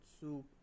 soup